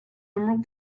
emerald